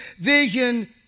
vision